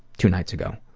two nights ago.